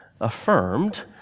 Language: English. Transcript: affirmed